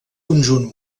conjunt